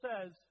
says